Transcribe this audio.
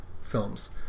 films